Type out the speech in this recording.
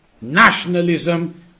nationalism